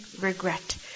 regret